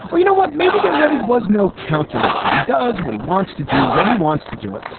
well, you know what? maybe there really was no calculation. he does what he wants to do when he wants to do it.